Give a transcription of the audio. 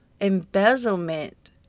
embezzlement